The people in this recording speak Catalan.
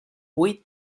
buit